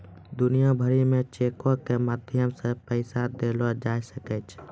दुनिया भरि मे चेको के माध्यम से पैसा देलो जाय सकै छै